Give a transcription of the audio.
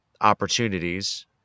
opportunities